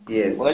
Yes